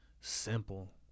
Simple